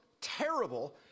terrible